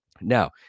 now